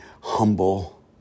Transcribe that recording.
humble